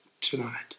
tonight